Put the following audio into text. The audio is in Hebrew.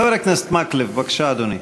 חבר הכנסת מקלב, בבקשה, אדוני.